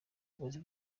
bibazo